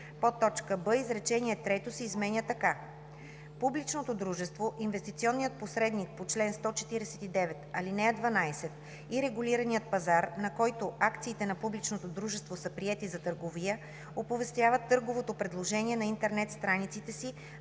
б) изречение трето се изменя така: „Публичното дружество, инвестиционният посредник по чл. 149, ал. 12 и регулираният пазар, на който акциите на публичното дружество са приети за търговия, оповестяват търговото предложение на интернет страниците си